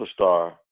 superstar